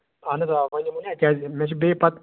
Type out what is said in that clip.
اَہن حظ آ ونویو مے نہ کیازِ مےٚ چھُ بٚییہِ پَتہٕ